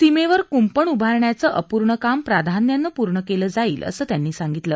सीमेवर कुंपण उभारण्याचं अपूर्ण काम प्राधान्यानं पूर्ण केलं जाईल असं त्यांनी सांगितलं